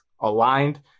aligned